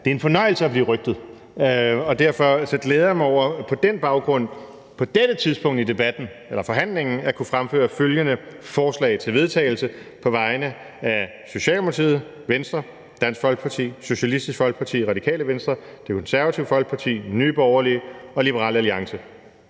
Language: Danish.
Det er en fornøjelse at blive røgtet, og derfor glæder jeg mig over på den baggrund på dette tidspunkt i forhandlingen at kunne fremføre følgende forslag til vedtagelse på vegne af Socialdemokratiet, Venstre, Dansk Folkeparti, Socialistisk Folkeparti, Radikale Venstre, Enhedslisten, Det Konservative Folkeparti, Nye Borgerlige og Liberal Alliance: